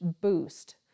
boost